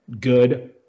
good